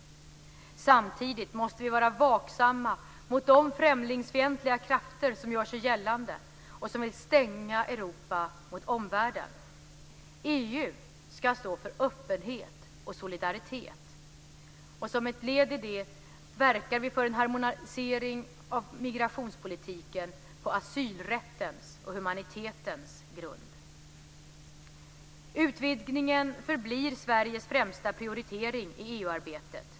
Samtidigt måste vi vara vaksamma mot de främlingsfientliga krafter som gör sig gällande och som vill stänga Europa mot omvärlden. EU ska stå för öppenhet och solidaritet. Som ett led i detta verkar vi för en harmonisering av migrationspolitiken på asylrättens och humanitetens grund. Utvidgningen förblir Sveriges främsta prioritering i EU-arbetet.